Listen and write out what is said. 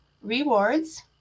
rewards